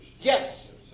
Yes